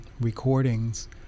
recordings